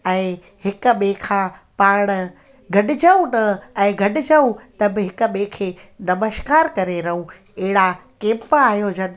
ऐं हिक ॿिए खां पाण गॾिजऊं न ऐं गॾिजऊं त हिक ॿिए खे नमश्कार करे रहूं अहिड़ा केम्प आयोजन